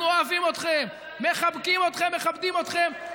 אנחנו אוהבים אתכם, מחבקים אתכם, מכבדים אתכם.